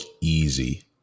easy